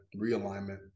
realignment